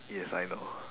yes I know